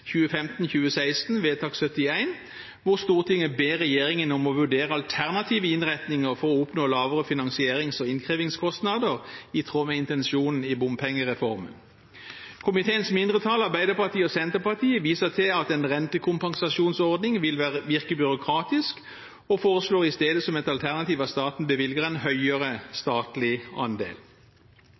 vedtak 71, hvor Stortinget ber regjeringen om å vurdere alternative innretninger for å oppnå lavere finansierings- og innkrevingskostnader i tråd med intensjonen i bompengereformen. Komiteens mindretall, Arbeiderpartiet og Senterpartiet, viser til at en rentekompensasjonsordning vil virke byråkratisk og foreslår i stedet, som et alternativ, at staten bevilger en høyere statlig andel.